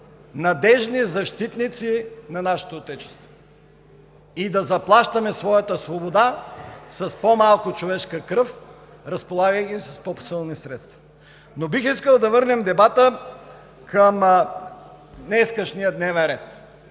надеждни защитници на нашето Отечество и да заплащаме своята свобода с по-малко човешка кръв, разполагайки с по-съвременни средства. Но бих искал да върнем дебата към днешния дневен ред.